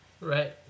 Right